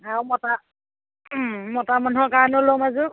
আৰু মতা মতা মানুহৰ কাৰণেও ল'ম এযোৰ